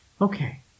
Okay